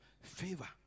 favor